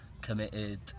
committed